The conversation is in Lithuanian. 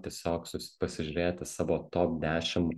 tiesiog susi pasižiūrėti savo top dešim